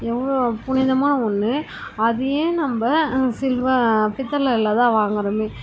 எவ்வளோ புனிதமான ஒன்று அதையே நம்ம சில்வர் பித்தளையில் தான் வாங்குகிறோமே